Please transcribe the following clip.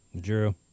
Drew